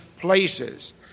places